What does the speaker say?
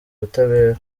ubutabera